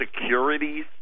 securities